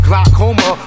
Glaucoma